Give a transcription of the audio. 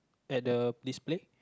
at the display